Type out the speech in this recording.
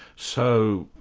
so,